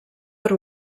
per